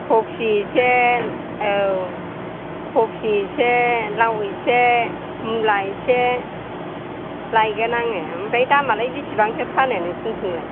कफि एसे औ कफि एसे लाव एसे मुला एसे लायगोन आङो ओमफ्राय दामालाय बेसेबांथो फानो नोंसिनिथिंलाय